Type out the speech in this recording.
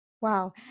Wow